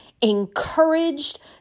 encouraged